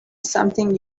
something